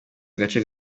agace